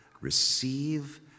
Receive